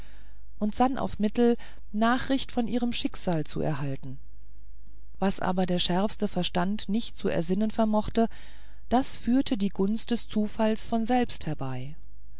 und sann auf mittel nachricht von ihrem schicksal zu erhalten was aber der schärfste verstand nicht zu ersinnen vermochte das führte die gunst des zufalls von selbst herbei